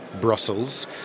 Brussels